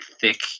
thick